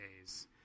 days